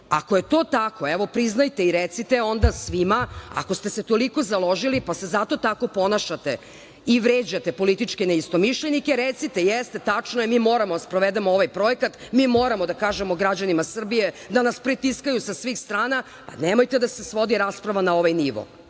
je to tako, evo, priznajte i reci onda svima, ako ste se toliko založili pa se zato tako ponašate i vređate političke neistomišljenike, recite, jeste, tačno je, moramo da sprovedemo ovaj projekat, moramo da kažemo građanima Srbije da nas pritiskaju sa svih strana, ali nemojte da se svodi rasprava na ovaj nivo.